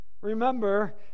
Remember